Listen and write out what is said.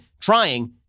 trying